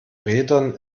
rädern